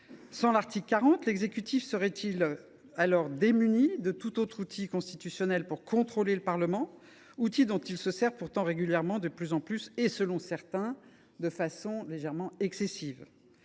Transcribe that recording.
Sans l’article 40, l’exécutif serait il démuni de tous les outils constitutionnels dont il dispose pour contrôler le Parlement, outils dont il se sert pourtant régulièrement, de plus en plus et, selon certains, de façon légèrement excessive ?